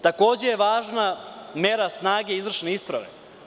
Takođe je važna mera snage izvršne isprave.